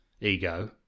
ego